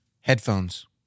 Headphones